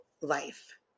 life